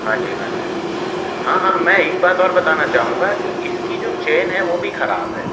हाँ जी हाँ जी हाँ हाँ मैं एक बात और बताना चाहूँगा कि इसकी जो चेन है वो भी ख़राब है